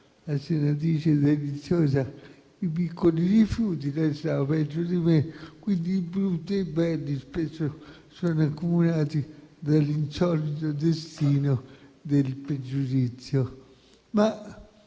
una senatrice deliziosa, i piccoli rifiuti, ma lei stava peggio di me: i brutti e i belli sono a volte accomunati dall'insolito destino del pregiudizio.